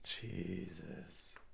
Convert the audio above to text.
Jesus